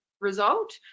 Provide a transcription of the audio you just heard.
result